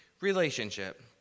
relationship